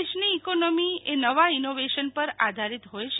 દેશની ઈકોનોમી એ નવા ઇનોવેશન પર આધારિત હોય છે